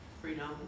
freedom